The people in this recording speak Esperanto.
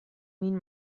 min